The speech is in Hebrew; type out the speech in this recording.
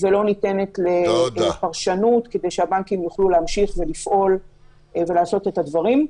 ולא ניתנת לפרשנות כדי שהבנקים יוכלו להמשיך ולפעול ולעשות את הדברים.